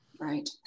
Right